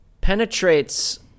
penetrates